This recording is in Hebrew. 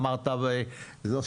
'אמרת זו